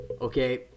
Okay